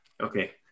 Okay